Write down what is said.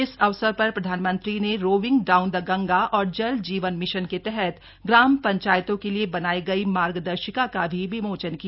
इस अवसर पर प्रधानमंत्री ने रोविंग डाउन द गंगा और जल जीवन मिशन के तहत ग्राम पंचायतों के लिए बनाई गई मार्गदर्शिका का भी विमोचन किया